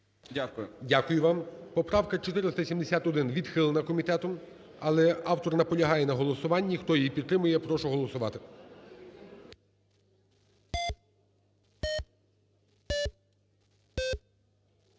Дякую вам. Поправка 471 відхилена комітетом, але автор наполягає на голосуванні. Хто її підтримує, прошу голосувати.